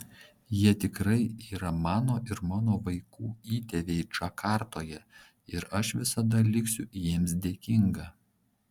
jie tikrai yra mano ir mano vaikų įtėviai džakartoje ir aš visada liksiu jiems dėkinga